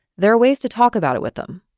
there are ways to talk about it with them.